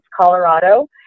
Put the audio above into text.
Colorado